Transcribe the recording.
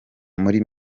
muri